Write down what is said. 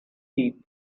feet